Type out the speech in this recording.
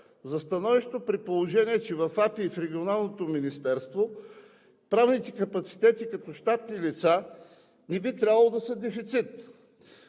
за становището, при положение че в АПИ и в Регионалното министерство правните капацитети като щатни лица не би трябвало да са дефицит?